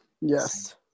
Yes